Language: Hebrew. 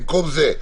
במקום זה,